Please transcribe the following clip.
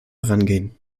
herangehen